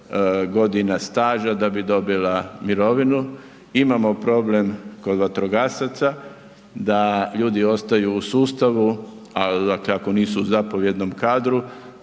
godina staža da bi dobila mirovinu. Imamo problem kod vatrogasaca da ljudi ostaju u sustavu, a, dakle ako nisu u zapovjednom kadru